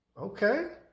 Okay